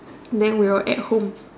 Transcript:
then we were at home